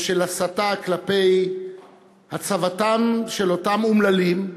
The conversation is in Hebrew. או בשל הסתה כלפי הצבתם של אותם אומללים,